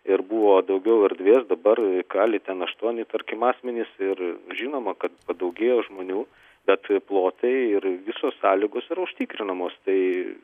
ir buvo daugiau erdvės dabar kali ten aštuoni tarkim asmenys ir žinoma kad padaugėjo žmonių bet plotai ir visos sąlygos yra užtikrinamos tai